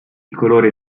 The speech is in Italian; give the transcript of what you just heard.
colori